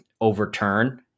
overturn